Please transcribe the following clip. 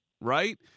right